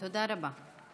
תודה רבה.